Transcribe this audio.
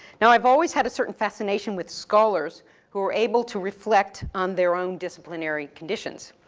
now, i've always had a certain fascination with scholars who are able to reflect on their own disciplinary conditions.